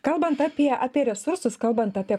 kalbant apie apie resursus kalbant apie